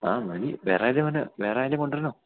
ആ മതി വേറെയാരും വേണ്ട വേറെയാരെയെങ്കിലും കൊണ്ടുവരണമോ